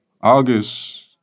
August